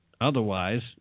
Otherwise